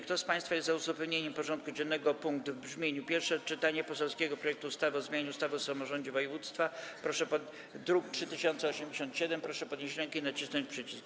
Kto z państwa jest za uzupełnieniem porządku dziennego o punkt w brzmieniu: Pierwsze czytanie poselskiego projektu ustawy o zmianie ustawy o samorządzie województwa, druk nr 3087, proszę podnieść rękę i nacisnąć przycisk.